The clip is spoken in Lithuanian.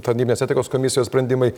tarnybinės etikos komisijos sprendimai